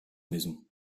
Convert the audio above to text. maison